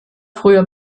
früher